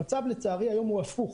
המצב היום לצערי הוא הפוך.